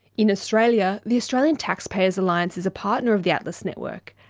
in australia, the australian taxpayers alliance is a partner of the atlas network,